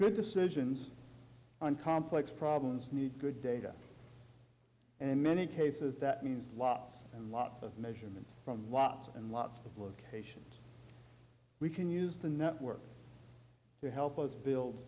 good decisions on complex problems need good data in many cases that means lots and lots of measurements from lots and lots of locations we can use the network to help us build